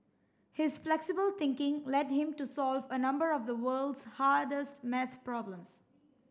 his flexible thinking led him to solve a number of the world's hardest maths problems